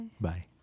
Bye